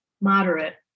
moderate